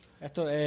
Esto